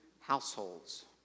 households